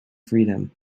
freedom